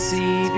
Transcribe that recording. See